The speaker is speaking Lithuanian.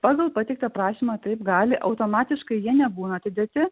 pagal pateiktą prašymą taip gali automatiškai jie nebūna atidėti